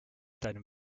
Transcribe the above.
deinem